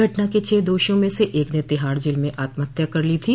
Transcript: घटना के छह दोषियों में से एक ने तिहाड़ जेल में आत्महत्या कर ली थी